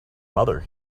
mother